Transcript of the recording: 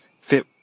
fit